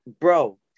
Bro